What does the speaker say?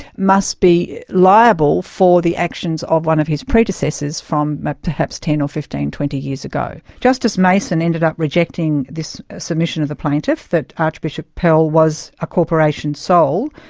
must be liable for the actions of one of his predecessors from perhaps ten or fifteen, twenty years ago. justice mason ended up rejecting this submission of the plaintiff, that archbishop pell was a corporation sole,